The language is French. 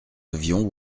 avions